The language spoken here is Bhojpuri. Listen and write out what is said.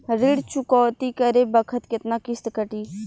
ऋण चुकौती करे बखत केतना किस्त कटी?